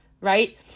right